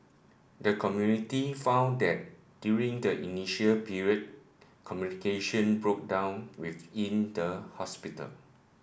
the committee found that during the initial period communication broke down within the hospital